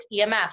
EMS